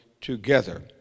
together